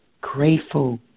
grateful